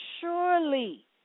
surely